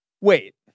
Wait